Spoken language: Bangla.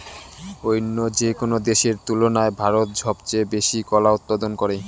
অইন্য যেকোনো দেশের তুলনায় ভারত সবচেয়ে বেশি কলা উৎপাদন করে